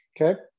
okay